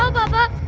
papa.